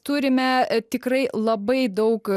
turime tikrai labai daug